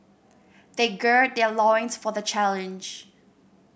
they gird their loins for the challenge